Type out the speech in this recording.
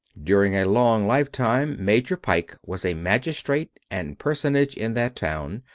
during a long lifetime major pike was a magistrate and personage in that town,